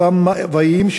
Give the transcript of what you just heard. אותם מאוויים,